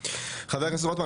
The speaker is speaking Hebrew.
חבר הכנסת רוטמן,